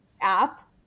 app